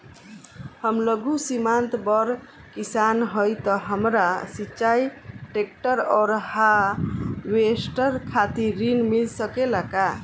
हम लघु सीमांत बड़ किसान हईं त हमरा सिंचाई ट्रेक्टर और हार्वेस्टर खातिर ऋण मिल सकेला का?